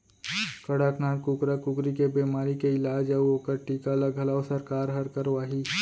कड़कनाथ कुकरा कुकरी के बेमारी के इलाज अउ ओकर टीका ल घलौ सरकार हर करवाही